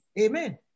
Amen